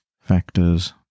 factors